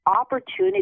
opportunity